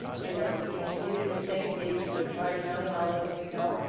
you know this community thing, and maybe even the tri-county how low can we go?